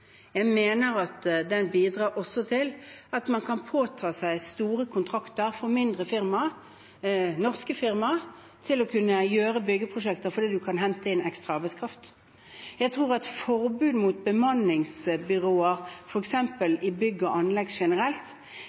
Jeg mener at den bidrar til at mindre firmaer – norske firmaer – kan påta seg store kontrakter for å gjøre byggeprosjekter, fordi man kan hente inn ekstra arbeidskraft. Jeg tror at et generelt forbud mot bemanningsbyråer i f.eks. bygg- og